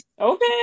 okay